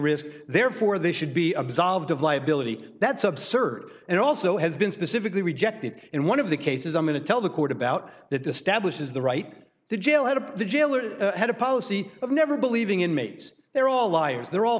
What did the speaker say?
risk therefore they should be absolved of liability that's absurd and also has been specifically rejected in one of the cases i'm going to tell the court about that to stablish is the right the jail out of the jailer had a policy of never believing inmates they're all liars they're all